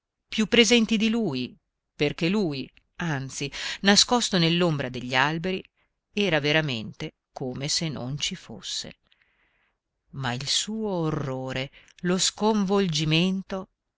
più presenti di lui perché lui anzi nascosto nell'ombra degli alberi era veramente come se non ci fosse ma il suo orrore lo sconvolgimento